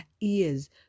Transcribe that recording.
ears